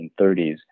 1930s